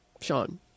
Sean